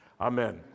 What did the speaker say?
Amen